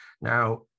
Now